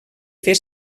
fer